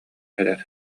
эрэр